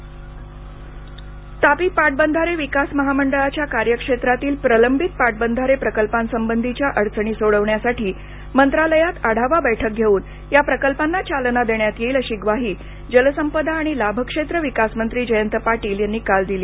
तापी पाटबंधारे तापी पाटबंधारे विकास महामंडळाच्या कार्यक्षेत्रातील प्रलंबित पाटबंधारे प्रकल्पांसंबंधीच्या अडचणी सोडविण्यासाठी मंत्रालयात आढावा बैठक घेऊन या प्रकल्पांना चालना देण्यात येईल अशी ग्वाही जलसंपदा आणि लाभक्षेत्र विकास मंत्री जयंत पाटील यांनी काल दिली